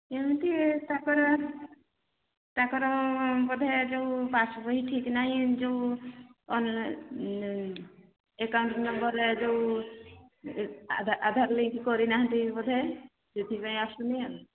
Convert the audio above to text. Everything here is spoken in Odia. କେମିତି ତାଙ୍କର ଆସିଲା ତାଙ୍କର ବୋଧେ ଯୋଉ ପାସ୍ ବହି ଠିକ୍ ନାହିଁ ଯୋଉ ଅନ୍ଲାଇନ୍ ଏକାଉଣ୍ଟ ନମ୍ବର ଯୋଉ ଆଧାର ଆଧାର ଲିଙ୍କ୍ କରି ନାହାନ୍ତି ବୋଧେ ସେଥିପାଇଁ ଆସୁନି